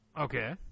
Okay